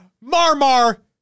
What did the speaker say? Marmar